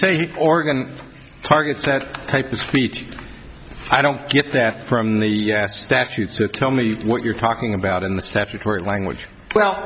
say organ targets that type of speech i don't get there from the statutes to tell me what you're talking about in the statutory language well